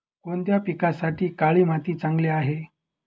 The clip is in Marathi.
कोणत्या पिकासाठी काळी माती चांगली आहे?